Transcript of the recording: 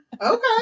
okay